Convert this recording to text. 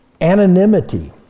Anonymity